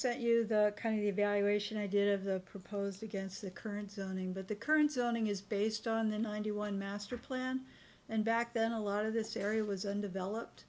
sent you the kind of evaluation i did of the proposed against the current zoning but the current sounding is based on the ninety one master plan and back then a lot of this area was and developed